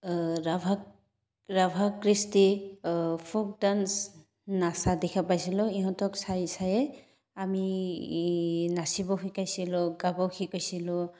ৰাভা ৰাভা কৃষ্টি folk dance নাচা দেখা পাইছিলোঁ ইহঁতক চাই চায়ে আমি নাচিবও শিকাইছিলোঁ গাব শিকাইছিলোঁ